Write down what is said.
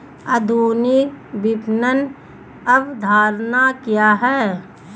आधुनिक विपणन अवधारणा क्या है?